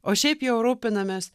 o šiaip jau rūpinamės